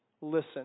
Listen